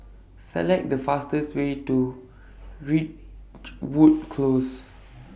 Select The fastest Way to Ridgewood Close